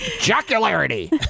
Jocularity